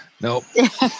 Nope